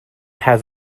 has